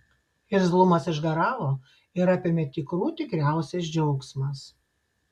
irzlumas išgaravo ir apėmė tikrų tikriausias džiaugsmas